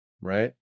Right